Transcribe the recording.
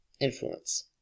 influence